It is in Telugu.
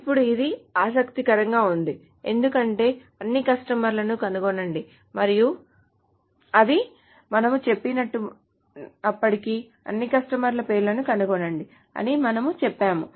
ఇప్పుడు ఇది ఆసక్తికరంగా ఉంది ఎందుకంటే అన్ని కస్టమర్లను కనుగొనండి అని మనము చెప్పినప్పటికీ అన్ని కస్టమర్ల పేర్లను కనుగొనండి అని మనము చెప్పాము